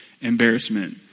embarrassment